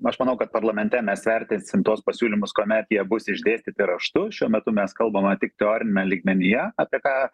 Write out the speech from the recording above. aš manau kad parlamente mes vertinsim tuos pasiūlymus kuomet jie bus išdėstyti raštu šiuo metu mes kalbame tik teoriniame lygmenyje apie ką